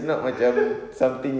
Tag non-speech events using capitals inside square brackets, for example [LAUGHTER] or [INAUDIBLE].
[LAUGHS]